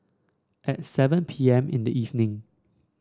at seven P M in the evening